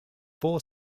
four